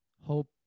Hope